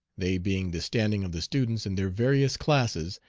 they being the standing of the students in their various classes,